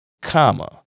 comma